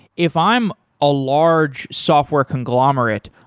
if i'm a large software conglomerate,